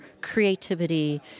creativity